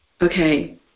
Okay